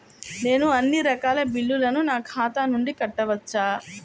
నేను అన్నీ రకాల బిల్లులను నా ఖాతా నుండి కట్టవచ్చా?